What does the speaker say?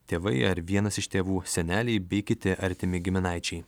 tėvai ar vienas iš tėvų seneliai bei kiti artimi giminaičiai